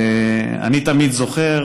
אני תמיד זוכר